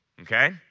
Okay